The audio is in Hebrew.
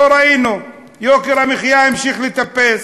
לא ראינו, יוקר המחיה המשיך לטפס.